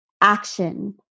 action